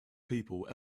people